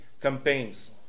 campaigns